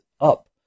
up